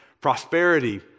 prosperity